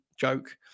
joke